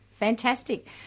Fantastic